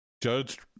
Judge